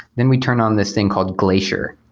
then we turn on this thing called glacier,